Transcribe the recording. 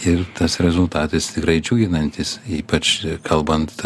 ir tas rezultatas tikrai džiuginantis ypač kalbant